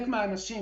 חלק מהאנשים,